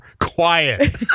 Quiet